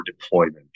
deployment